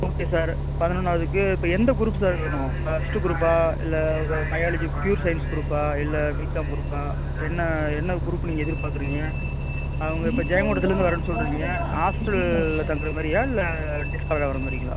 okay sir பதினொன்னாவதுக்கு இப்போ எந்த குரூப் சார் வேணும் ஃபஸ்ட்டு குரூப்பா இல்லை பயாலஜி ப்யூர் சயின்ஸ் குரூப்பா இல்லை பிகாம் குரூப்பா என்ன என்ன குரூப்பு நீங்கள் எதிர் பார்க்குறீங்க இப்போ ஜெயங்கொண்டத்துலேருந்து வரேன் சொல்லுறீங்க ஹாஸ்ட்டலில் தங்குற மாதிரியா இல்லை டேஸ்காலரா வரமாதிரிங்களா